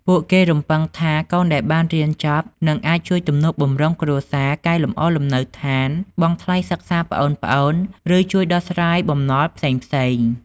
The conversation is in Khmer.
ពួកគេរំពឹងថា កូនដែលបានរៀនចប់នឹងអាចជួយទំនុកបម្រុងគ្រួសារ កែលម្អលំនៅឋាន បង់ថ្លៃសិក្សាប្អូនៗ ឬជួយដោះស្រាយបំណុលផ្សេងៗ។